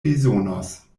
bezonos